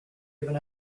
even